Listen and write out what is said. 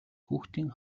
хүүхдийн